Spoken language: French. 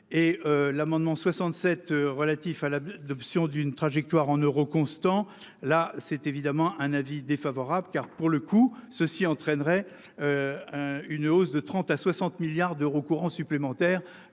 l'amendement 67 relatifs à la d'option d'une trajectoire en euros constants là c'est évidemment un avis défavorable car pour le coup ceci entraînerait. Une hausse de 30 à 60 milliards d'euros courant supplémentaire